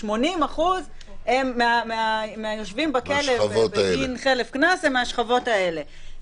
ש-80% מהיושבים בכלא בגין חלף קנס הם מהשכבות האלה.